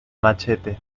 machete